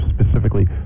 specifically